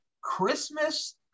Christmas